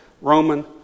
Roman